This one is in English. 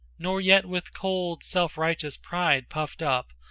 nor yet with cold, self-righteous pride puffed up,